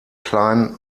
kleinen